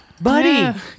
buddy